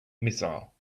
missile